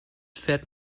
fährt